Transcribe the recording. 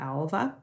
Alva